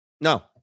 No